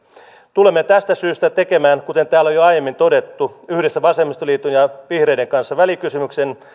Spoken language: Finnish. tulemme tästä syystä tekemään kuten täällä on jo aiemmin todettu yhdessä vasemmistoliiton ja vihreiden kanssa välikysymyksen